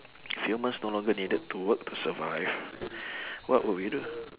humans no longer needed to work to survive what would we do